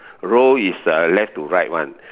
row is uh left to right one